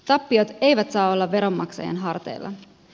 tappiot eivät saa olla veronmaksajan harteilla